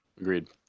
Agreed